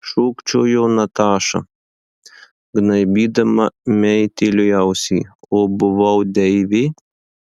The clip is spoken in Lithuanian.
šūkčiojo nataša gnaibydama meitėliui ausį o buvau deivė